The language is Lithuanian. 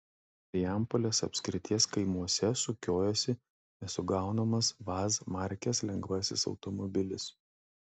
marijampolės apskrities kaimuose sukiojasi nesugaunamas vaz markės lengvasis automobilis